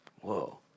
Whoa